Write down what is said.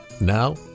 Now